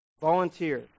Volunteer